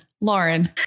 Lauren